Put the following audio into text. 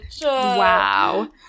wow